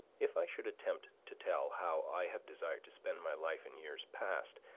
if i should attempt to tell how i have desired to spend my life in years past,